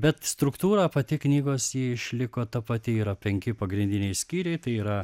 bet struktūra pati knygos ji išliko ta pati yra penki pagrindiniai skyriai tai yra